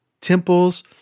temples